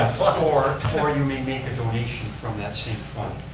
or or you may make a donation from that same fund.